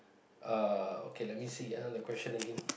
uh okay let me see ah the question again